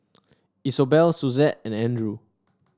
Isobel Suzette and Andrew